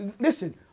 Listen